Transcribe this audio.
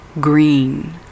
green